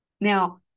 now